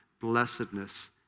blessedness